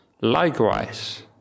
likewise